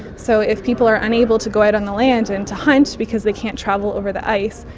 so if people are unable to go out on the land and to hunt because they can't travel over the ice,